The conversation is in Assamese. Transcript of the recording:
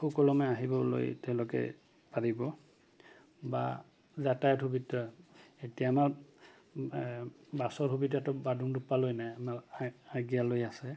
সুকলমে আহিবলৈ তেওঁলোকে পাৰিব বা যাতায়ত সুবিধা এতিয়া আমাৰ বাছৰ সুবিধাটো বাডুংদুপ্পালৈ নাই আমাৰ আগিয়ালৈ আছে